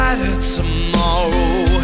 tomorrow